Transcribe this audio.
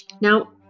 Now